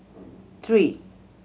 three